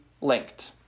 linked